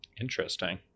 Interesting